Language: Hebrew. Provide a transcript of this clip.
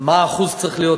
מה צריך להיות האחוז,